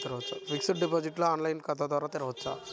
Fixed deposit online ఖాతా తెరువవచ్చా?